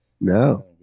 No